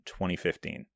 2015